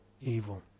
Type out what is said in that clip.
evil